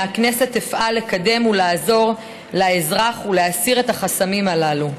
מהכנסת אפעל לקדם ולעזור לאזרח ולהסיר את החסמים הללו.